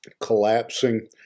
collapsing